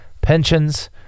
pensions